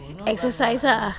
exercise ah